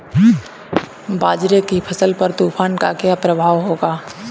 बाजरे की फसल पर तूफान का क्या प्रभाव होगा?